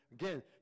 Again